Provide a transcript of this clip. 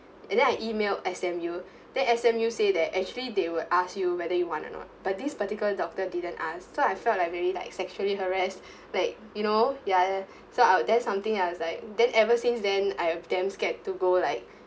and then I emailed S_M_U then S_M_U say that actually they will ask you whether you want or not but this particular doctor didn't ask so I felt like very like sexually harassed like you know ya so I there's something I was like then ever since then I am damn scared to go like